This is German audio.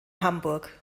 hamburg